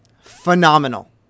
phenomenal